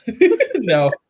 No